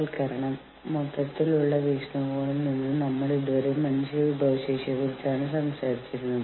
ആളുകൾ യൂണിയനുകൾ രൂപീകരിക്കുമ്പോൾ ഒരു യൂണിയൻ രൂപീകരിക്കേണ്ടതിന്റെ ആവശ്യകതയെപ്പറ്റി അവർ ആദ്യം പരസ്യം ചെയ്യുന്നു